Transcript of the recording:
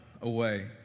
away